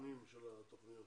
הצרכנים של התוכניות.